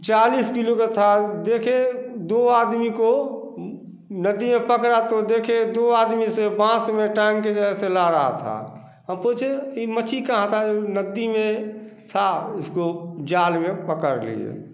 चालीस किलो की थी देखें दो आदमी को नदी में पकड़ा तो देखे दो आदमी से बांस में टांग के जैसे ला रहा था हम पूछे यह मछली कहाँ का नदी में थी उसको जाल में पकड़ लिए